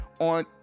on